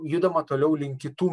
judama toliau link kitų